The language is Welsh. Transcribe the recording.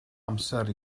amser